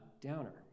downer